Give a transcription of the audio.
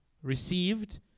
received